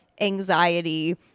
anxiety